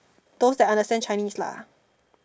those that understand Chinese lah